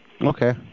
Okay